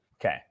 Okay